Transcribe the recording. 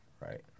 right